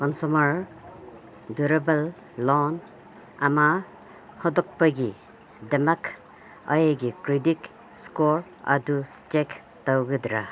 consumer durable loan ꯑꯃ ꯍꯧꯗꯣꯛꯄꯒꯤꯗꯃꯛ ꯑꯩꯒꯤ ꯀ꯭ꯔꯤꯗꯤꯠ ꯏꯁꯀꯣꯔ ꯑꯗꯨ ꯆꯦꯛ ꯇꯧꯒꯗ꯭ꯔꯥ